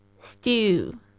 stew